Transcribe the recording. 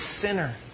sinner